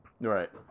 Right